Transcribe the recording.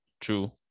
True